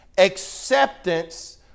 Acceptance